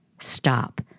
stop